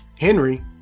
Henry